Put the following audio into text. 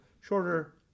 shorter